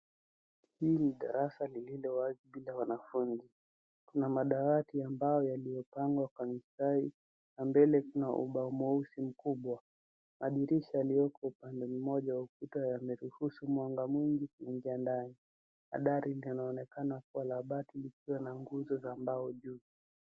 Hili ni darasa lililo wazi bila wanafunzi. Kuna madawati ambaoyaliyopangwa kwa mstari na mbele kuna ubao mweusi mkubwa. Madirisa yaliyoko upande mmoja wa ukuta yameruhusu mwanga mwingi kuingia ndani na dari inaonekana kuwa la bati likiwa na nguzo za mbao juu.